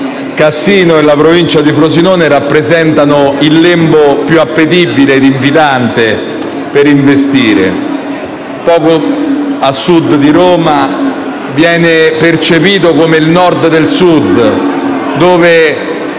Cassino e la provincia di Frosinone rappresentano il lembo più appetibile e invitante per investire: poco a Sud di Roma, viene percepita come il Nord del Sud, dove